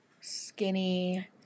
skinny